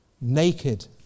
Naked